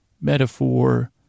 Metaphor